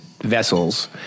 vessels